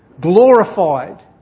glorified